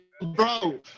Bro